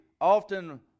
often